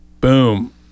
boom